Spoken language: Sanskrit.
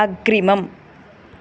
अग्रिमम्